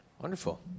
Wonderful